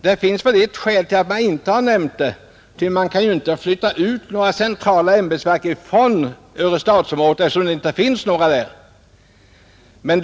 Det finns väl ett skäl till att man inte har nämnt det — man kan ju inte flytta ut några centrala ämbetsverk från Örestadsområdet eftersom det inte finns några sådana där.